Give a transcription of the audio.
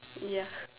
ya